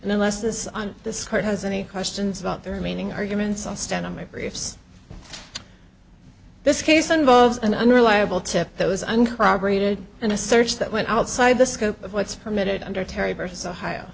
and unless this on this court has any questions about the remaining arguments i stand on my briefs this case involves an unreliable tip that was uncorroborated in a search that went outside the scope of what's permitted under